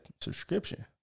subscription